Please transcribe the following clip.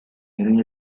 eran